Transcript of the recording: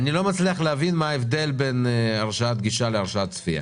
אני לא מצליח להבין מה ההבדל בין הרשאת גישה להרשאת צפייה.